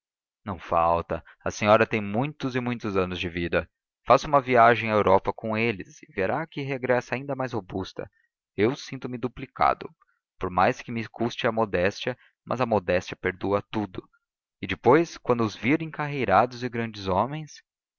não falta a senhora tem muitos e muitos anos de vida faça uma viagem à europa com eles e verá que regressa ainda mais robusta eu sinto-me duplicado por mais que me custe à modéstia mas a modéstia perdoa tudo e depois quando os vir encarreirados e grandes homens